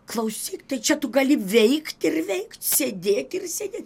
klausyk tai čia tu gali veikt ir veikt sėdėt ir sėdėt